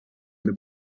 the